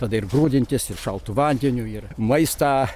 tada ir grūdintis ir šaltu vandeniu ir maistą